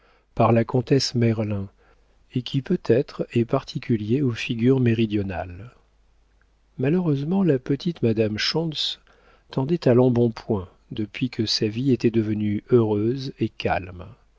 par la comtesse merlin et qui peut-être est particulier aux figures méridionales malheureusement la petite madame schontz tendait à l'embonpoint depuis que sa vie était devenue heureuse et calme